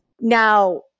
now